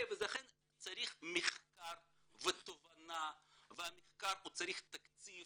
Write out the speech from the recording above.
צריך מחקר ותובנה והמחקר צריך תקציב